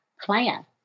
plan